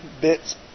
bits